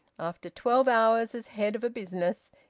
after twelve hours as head of a business,